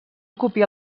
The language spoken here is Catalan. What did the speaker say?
copiar